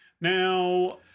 Now